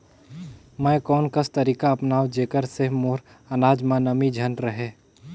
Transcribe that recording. मैं कोन कस तरीका अपनाओं जेकर से मोर अनाज म नमी झन रहे?